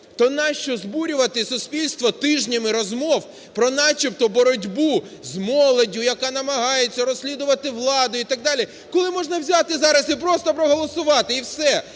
То нащо збурювати суспільство тижнями розмов про начебто боротьбу з молоддю, яка намагається розслідувати владу і так далі, коли можна взяти зараз і просто проголосувати. І все,